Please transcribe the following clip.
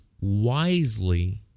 wisely